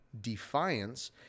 Defiance